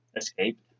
escaped